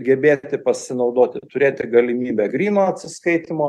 gebėti pasinaudoti turėti galimybę gryno atsiskaitymo